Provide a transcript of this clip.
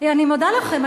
אני מודה לכם.